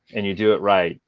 and you do it right,